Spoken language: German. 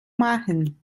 machen